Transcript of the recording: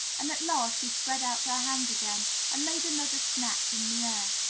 and at last she spread out her hand again and made another snatch in the air.